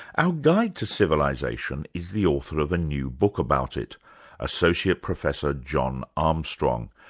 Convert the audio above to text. our guide to civilisation is the author of a new book about it associate professor john armstrong,